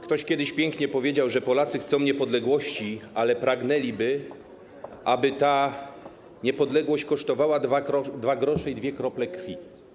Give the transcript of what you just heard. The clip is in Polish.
Ktoś kiedyś pięknie powiedział, że Polacy chcą niepodległości, ale pragnęliby, aby ta niepodległość kosztowała 2 gr i dwie krople krwi.